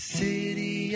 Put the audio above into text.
city